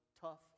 tough